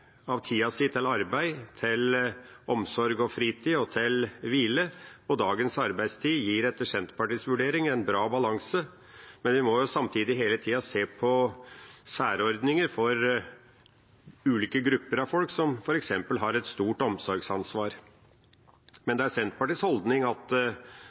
av tida si til arbeid, til omsorg og fritid og til hvile, og dagens arbeidstid gir etter Senterpartiets vurdering en bra balanse, men vi må samtidig hele tida se på særordninger for ulike grupper av folk, f.eks. de som har et stort omsorgsansvar. Men det er Senterpartiets holdning at